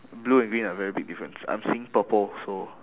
blue and green are very big difference I'm seeing purple so